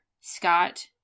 Scott